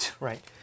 Right